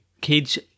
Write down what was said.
Kids